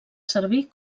servir